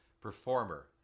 performer